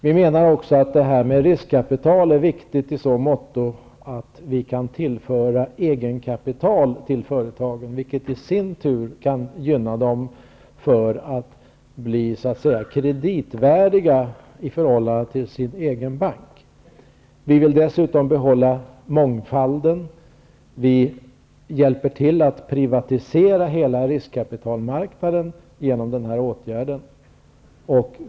Vi menar också att detta med riskkapital är viktigt i så måtto att vi kan tillföra egenkapital till företagen, vilket i sin tur kan gynna dem så att de kan bli så att säga kreditvärdiga i förhållande till sin egen bank. Vi vill dessutom behålla mångfalden. Vi hjälper till att privatisera hela riskkapitalmarknaden genom denna åtgärd.